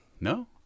No